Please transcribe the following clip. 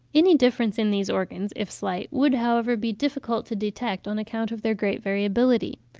any difference in these organs, if slight, would, however, be difficult to detect, on account of their great variability.